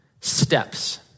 steps